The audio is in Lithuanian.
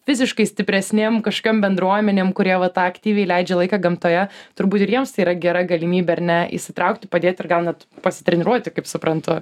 fiziškai stipresnėm kažkokiom bendruomenėm kur jie va tą aktyviai leidžia laiką gamtoje turbūt ir jiems tai yra gera galimybė ar ne įsitraukti padėti ir gal net pasitreniruoti kaip suprantu